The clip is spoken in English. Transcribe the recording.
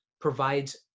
provides